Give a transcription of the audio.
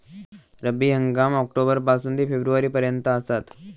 रब्बी हंगाम ऑक्टोबर पासून ते फेब्रुवारी पर्यंत आसात